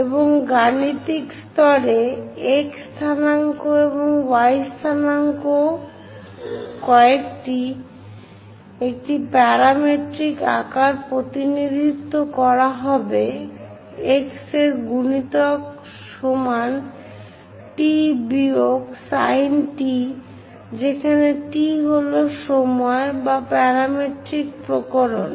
এবং গাণিতিক স্তরে x স্থানাঙ্ক এবং y স্থানাঙ্ক একটিকে একটি প্যারামেট্রিক আকারে প্রতিনিধিত্ব করা হবে x এর গুণিতক সমান t বিয়োগ sin t যেখানে t হল সময় বা প্যারামেট্রিক প্রকরণ